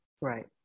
Right